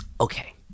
Okay